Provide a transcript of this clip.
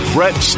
Brett